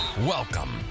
Welcome